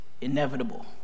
inevitable